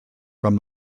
from